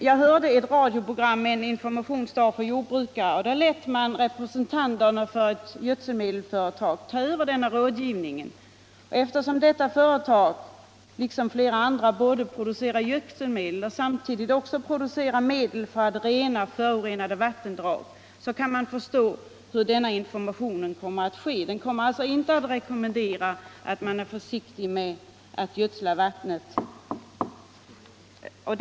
Jag hörde emellertid ett radioprogram med en informationsdag för jordbrukare, där man lät representanter för gödselmedelsföretag ta över denna rådgivning. Eftersom dessa företag liksom flera andra producerar både gödselmedel och medel för att rena förorenade vattendrag, kan man förstå hur denna information kommer att bedrivas. Man kommer inte att rekommendera försiktighet med gödsling och bevattning.